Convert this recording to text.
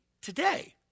today